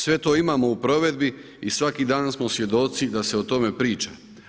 Sve to imamo u provedbi i svaki dan smo svjedoci da se o tome priča.